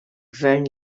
gvern